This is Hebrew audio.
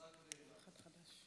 בבקשה, עשר דקות.